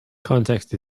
context